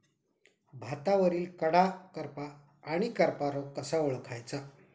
भातावरील कडा करपा आणि करपा रोग कसा ओळखायचा?